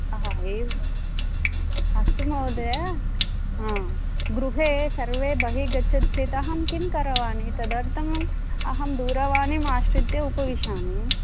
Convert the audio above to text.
आ हा एवम् अस्तु महोदय हा गृहे सर्वे बहिः गच्छन्ति चेत् अहं किं करवाणि तदर्थम् अहं दूरवाणीमाश्रित्य उपविशामि